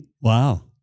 Wow